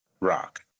Rock